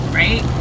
right